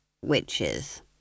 witches